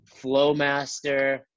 Flowmaster